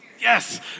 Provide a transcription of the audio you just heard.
yes